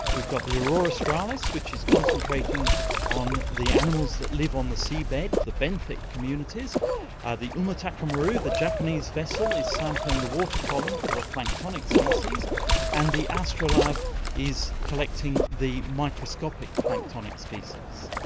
we've got the aurora australis which is concentrating on the animals that live on the sea bed, the benthic communities ah the umitaka maru, the japanese vessel is sampling the water column for the planktonic species and the l'astrolabe is collecting the microscopic planktonic species.